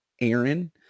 Aaron